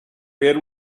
ver